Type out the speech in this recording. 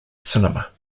cinema